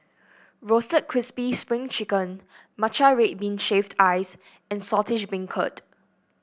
Roasted Crispy Spring Chicken Matcha Red Bean Shaved Ice and Saltish Beancurd